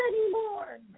anymore